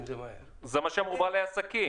זה מה שאמרו בעלי עסקים.